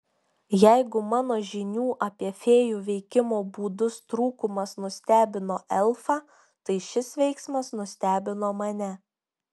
jeigu mano žinių apie fėjų veikimo būdus trūkumas nustebino elfą tai šis veiksmas nustebino mane